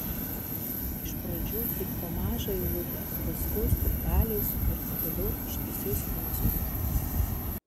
iš pradžių tik po mažą eilutę paskiau stulpeliais ir pagaliau ištisais posmais